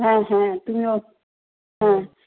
হ্যাঁ হ্যাঁ তুমিও হ্যাঁ